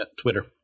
Twitter